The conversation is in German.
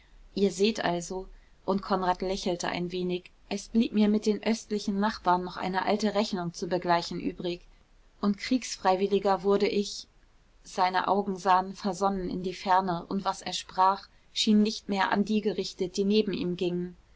ihr seht also und konrad lächelte ein wenig es blieb mir mit den östlichen nachbarn noch eine alte rechnung zu begleichen übrig und kriegsfreiwilliger wurde ich seine augen sahen versonnen in die ferne und was er sprach schien nicht mehr an die gerichtet die neben ihm gingen